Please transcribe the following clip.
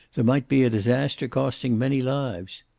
there might be a disaster costing many lives.